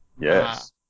Yes